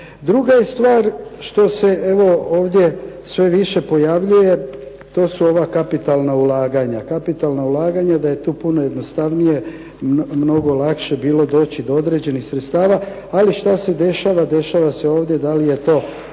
Druga je stvar što se evo ovdje sve više pojavljuje, to su ova kapitalna ulaganja. Kapitalna ulaganja da je tu puno jednostavnije, mnogo lakše bilo doći do određenih sredstava, ali šta se dešava? Dešava se ovdje da li je to